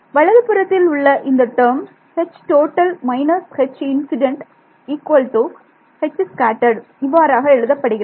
வலது புறத்தில் உள்ள இந்த டேர்ம் இவ்வாறாக எழுதப்படுகிறது